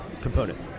component